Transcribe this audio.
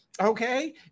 okay